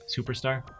superstar